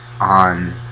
on